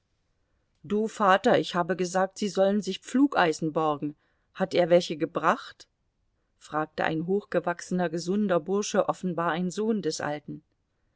du vater ich habe gesagt sie sollen sich pflugeisen borgen hat er welche gebracht fragte ein hochgewachsener gesunder bursche offenbar ein sohn des alten